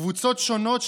קבוצות שונות,